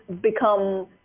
become